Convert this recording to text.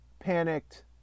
panicked